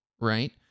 right